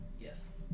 Yes